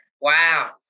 Wow